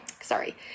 sorry